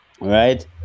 right